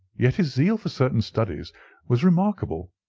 yet his zeal for certain studies was remarkable,